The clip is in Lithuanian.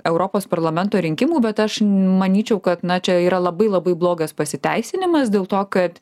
europos parlamento rinkimų bet aš manyčiau kad na čia yra labai labai blogas pasiteisinimas dėl to kad